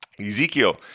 Ezekiel